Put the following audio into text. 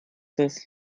das